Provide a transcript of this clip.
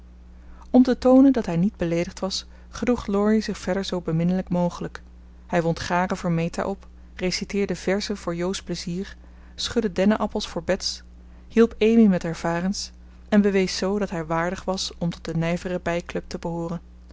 om te toonen dat hij niet beleedigd was gedroeg laurie zich verder zoo beminnelijk mogelijk hij wond garen voor meta op reciteerde verzen voor jo's plezier schudde dennenappels voor bets hielp amy met haar varens en bewees zoo dat hij waardig was om tot de nijvere bij club te behooren